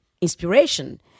inspiration